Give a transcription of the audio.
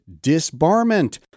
disbarment